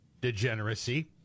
degeneracy